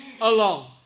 alone